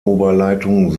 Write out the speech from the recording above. oberleitung